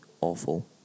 awful